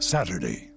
Saturday